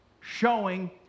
Showing